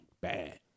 Bad